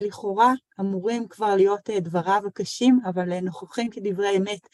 לכאורה אמורים כבר להיות דבריו קשים, אבל נוכחים כדברי אמת.